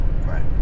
Right